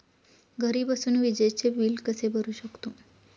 घरी बसून विजेचे बिल कसे भरू शकतो?